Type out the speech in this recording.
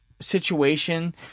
situation